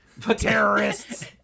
terrorists